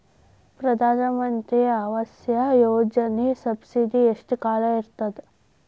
ಪ್ರಧಾನ ಮಂತ್ರಿ ಆವಾಸ್ ಯೋಜನಿ ಸಬ್ಸಿಡಿ ಎಷ್ಟ ಕಾಲ ಇರ್ತದ?